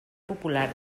popular